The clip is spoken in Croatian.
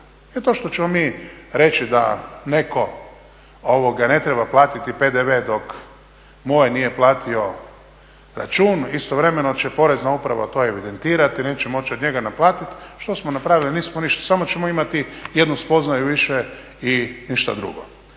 to što ćemo mi reći da neko ne treba platiti PDV dok mu ovaj nije platio račun istovremeno će Porezna uprava to evidentirati i neće moći od njega naplatiti. Što smo napravili? Nismo ništa samo ćemo imati jednu spoznaju više i ništa drugo.